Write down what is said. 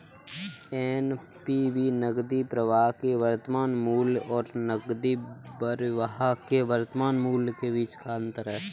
NPV नकदी प्रवाह के वर्तमान मूल्य और नकदी बहिर्वाह के वर्तमान मूल्य के बीच का अंतर है